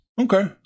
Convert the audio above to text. Okay